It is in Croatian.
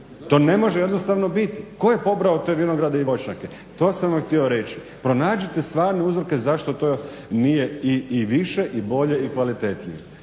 To ne može jednostavno biti. Tko je pobrao te vinograde i voćnjake? To sam vam htio reći. Pronađite stvarne uzroke zašto to nije i više i bolje i kvalitetnije.